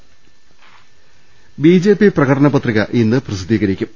് B J P പ്രകടന പത്രിക ഇന്ന് പ്രസിദ്ധീകരിക്കും